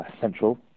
Central